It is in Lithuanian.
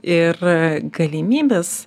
ir galimybės